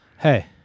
Hey